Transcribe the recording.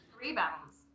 rebounds